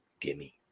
gimme